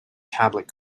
tablet